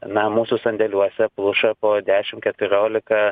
na mūsų sandėliuose pluša po dešim keturiolika